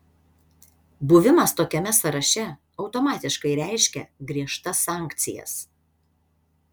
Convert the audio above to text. buvimas tokiame sąraše automatiškai reiškia griežtas sankcijas